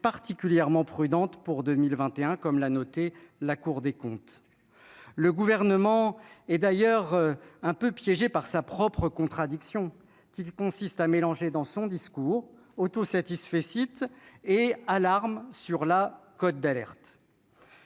particulièrement prudentes pour 2021, comme l'a noté la Cour des comptes, le gouvernement et d'ailleurs un peu piégé par sa propre contradiction qui consiste à mélanger dans son discours auto-satisfecit et à l'arme sur la côte d'alerte.